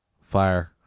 Fire